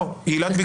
לא.